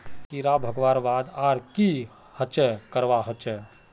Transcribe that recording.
कीड़ा भगवार बाद आर कोहचे करवा होचए?